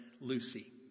Lucy